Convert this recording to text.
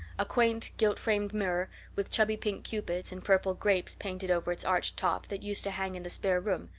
a quaint, gilt-framed mirror with chubby pink cupids and purple grapes painted over its arched top, that used to hang in the spare room,